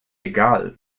egal